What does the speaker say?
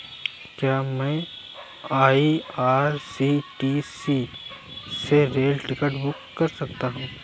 क्या मैं आई.आर.सी.टी.सी से रेल टिकट बुक कर सकता हूँ?